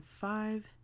five